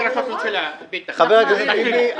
חבר הכנסת טיבי,